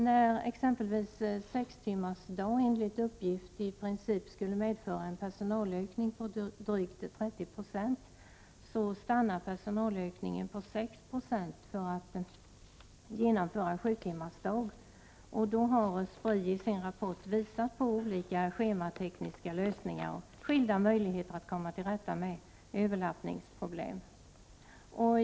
När t.ex. sextimmarsdag enligt uppgift i princip skulle medföra en personalökning med drygt 30 960, stannar personalökningen vid 6 96 vid genomförande av sjutimmarsdag. Spri har i sin rapport redovisat olika schematekniska lösningar och skilda möjligheter att komma till rätta med överlappningsproblem.